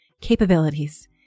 capabilities